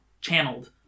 channeled